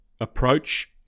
approach